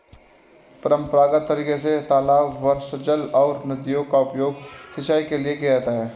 परम्परागत तरीके से तालाब, वर्षाजल और नदियों का उपयोग सिंचाई के लिए किया जाता है